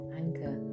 anchor